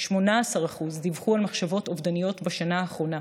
18% דיווחו על מחשבות אובדניות בשנה האחרונה.